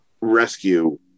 rescue